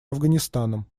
афганистаном